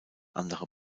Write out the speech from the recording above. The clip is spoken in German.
andere